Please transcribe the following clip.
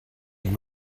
had